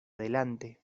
delante